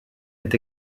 est